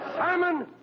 Simon